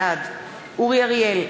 בעד אורי אריאל,